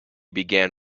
began